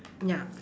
ya